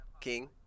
King